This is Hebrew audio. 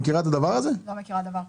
לא מכירה דבר כזה.